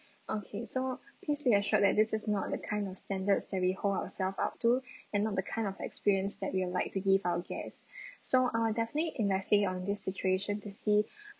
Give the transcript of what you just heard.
okay so please be assured that this is not the kind of standards that we hold ourselves up to and not the kind of experience that we would like to give our guests so uh definitely investigate on this situation to see